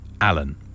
Alan